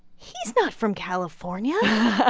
he's not from california yeah